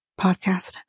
podcast